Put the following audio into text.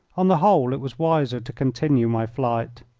on the whole, it was wiser to continue my flight.